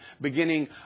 beginning